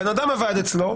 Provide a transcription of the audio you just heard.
בן אדם עבד אצלו,